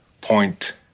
point